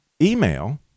email